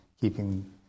keeping